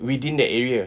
within that area